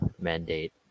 mandate